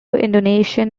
indonesian